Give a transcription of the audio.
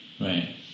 Right